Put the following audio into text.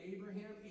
Abraham